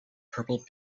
purple